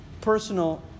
personal